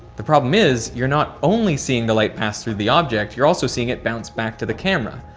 the problem is you're not only seeing the light pass through the object, you're also seeing it bounce back to the camera,